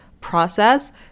process